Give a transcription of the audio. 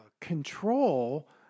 control